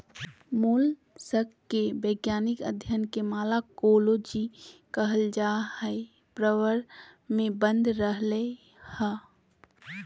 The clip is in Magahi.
मोलस्क के वैज्ञानिक अध्यन के मालाकोलोजी कहल जा हई, प्रवर में बंद रहअ हई